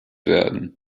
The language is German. werden